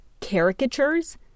caricatures